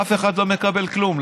אף אחד לא מקבל כלום.